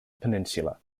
peninsula